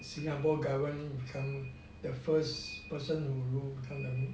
singapore government become the first person to rule